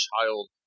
child